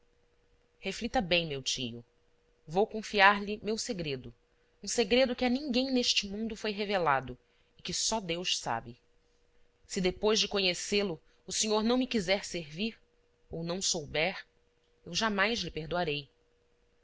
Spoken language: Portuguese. reflita bem meu tio vou confiar-lhe meu segredo um segredo que a ninguém neste mundo foi revelado e que só deus sabe se depois de conhecê-lo o senhor não me quiser servir ou não souber eu jamais lhe perdoarei